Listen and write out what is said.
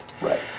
right